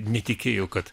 netikėjo kad